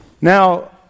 Now